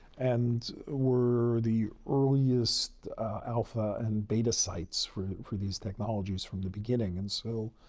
and were the earliest alpha and beta sites for for these technologies from the beginning. and so,